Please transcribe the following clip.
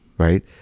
Right